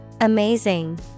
Amazing